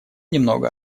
немного